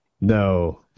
No